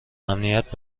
امنیت